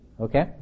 Okay